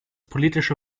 politische